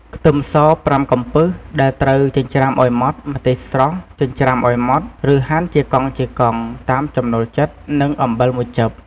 ខ្ទឹមស ៥ កំពឹស ដែលត្រូវចិញ្ច្រាំឱ្យម៉ដ្ឋ ម្ទេសស្រស់ ចិញ្ច្រាំឱ្យម៉ដ្ឋ ឬហាន់ជាកង់ៗ តាមចំណូលចិត្ត និង អំបិល ១ចិប ។